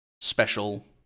special